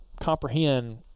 comprehend